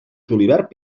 julivert